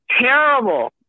terrible